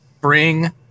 Bring